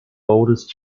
oldest